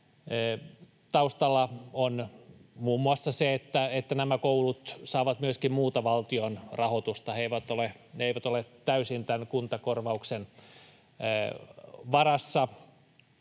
Taustalla on muun muassa se, että nämä koulut saavat myöskin muuta valtion rahoitusta, ne eivät ole täysin tämän kuntakorvauksen varassa.